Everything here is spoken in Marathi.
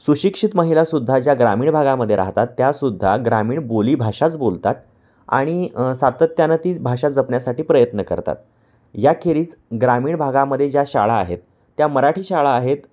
सुशिक्षित महिलासुद्धा ज्या ग्रामीण भागामध्ये राहतात त्यासुद्धा ग्रामीण बोली भाषाच बोलतात आणि सातत्यानं ती भाषा जपण्यासाठी प्रयत्न करतात या खेरीज ग्रामीण भागामध्ये ज्या शाळा आहेत त्या मराठी शाळा आहेत